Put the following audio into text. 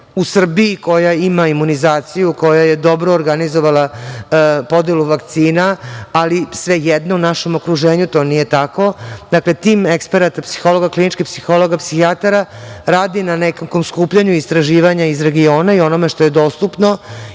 u Srbiji koja ima imunizaciju, koja je dobro organizovala podelu vakcina, ali svejedno u našem okruženju to nije tako. Dakle, tim eksperata kliničkih psihologa i psihijatara radi na skupljanju istraživanja iz regiona i onome što je dostupno